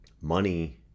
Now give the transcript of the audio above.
money